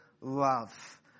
love